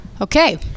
Okay